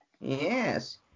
Yes